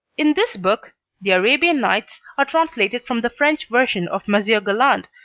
in this book the arabian nights are translated from the french version of monsieur galland,